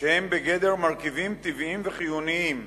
שהם בגדר מרכיבים טבעיים וחיוניים